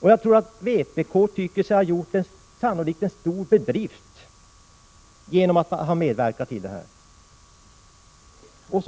Jag tror att vpk anser sig ha gjort en stor bedrift genom att ha medverkat härvidlag.